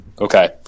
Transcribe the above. Okay